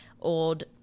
old